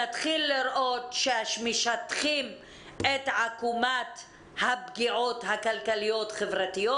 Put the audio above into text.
שנתחיל לראות שמשטחים את עקומת הפגיעות הכלכליות-חברתיות,